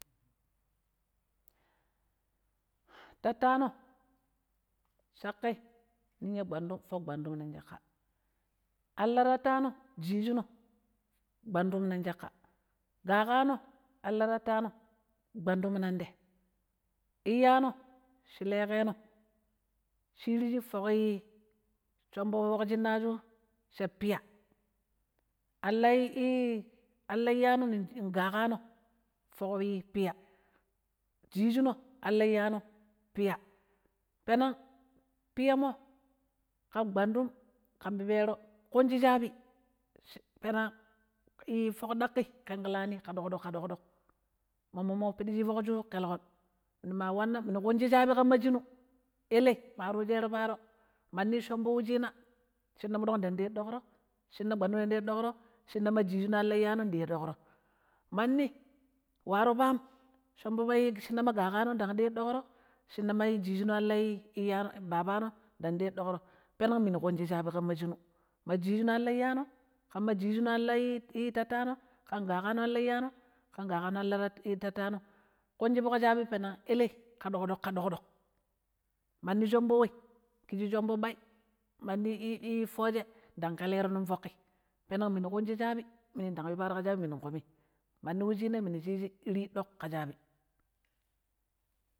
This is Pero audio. ﻿Tattano caƙƙai ninya gwandum fok gwandum nong caƙƙa an la tattano jijino gwandum nong caƙƙa, gaƙaano an la tattano gwandum nong te, iyyano shi leeƙeno shiiriji fok'i shombo foƙ shinaju sha, piya, an lai'i, alai iyyano gaƙaano foƙ piya, jijino an la iyyai piya, peneng piyammo ƙan gwandum ƙan pipero ƙunji shaabi shu peneng foƙ ɗaƙƙi ƙenƙilani ƙa doƙ-ɗoƙ, ƙa ɗoƙ-ɗoƙ, mommo fudi shi foƙju ƙelƙon, minu ma wana minu ƙunji shaabi ƙamma shinu, elei mari shero paaro nong shinu mandi shombo wucina shina muɗoƙ dang ɗero ɗoƙro shina gwandum dang nɗero ɗoƙro shina ma jijino an lai iyyano ndero doƙro mauni waaro pam shombo shinna ma goƙano dang ndedoƙro, shinna ma gaƙaano an lai babano ndang ɗero doƙro, peneng minu kunji shaabi ƙama shinu ma gijino an la iyyano ƙamma gijino an la tattano ƙan gaƙaano an la iyano ƙan gaƙaano an la tattano ƙunji foƙ shaabi peneng elei ƙa ɗoƙ-ɗoƙ ƙa ɗoƙ-ɗoƙ, mandi shombo wei kiji ɓai, mandi i'i fooce dang ƙelero ning foƙƙi peneng minu ƙunji shaabi manni wucinnai iri ɗoƙ ƙa shaabi.